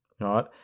right